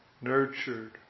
nurtured